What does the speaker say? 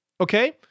Okay